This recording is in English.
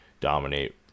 dominate